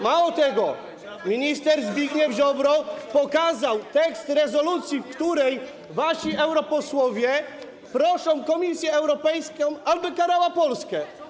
Mało tego, minister Zbigniew Ziobro pokazał tekst rezolucji, w której wasi europosłowie proszą Komisję Europejską, aby karała Polskę.